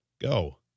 Go